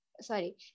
sorry